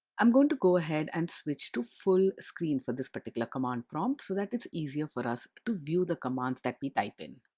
i'm going to go ahead and switch to full screen for this particular command prompt so that it's easier for us to view the commands that we type in.